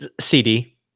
CD